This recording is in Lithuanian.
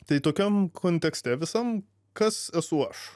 tai tokiam kontekste visam kas esu aš